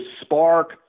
spark